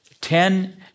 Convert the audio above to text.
Ten